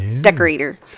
decorator